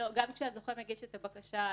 גם כשהזוכה מגיש את הבקשה,